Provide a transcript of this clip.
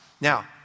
Now